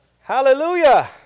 Hallelujah